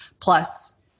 Plus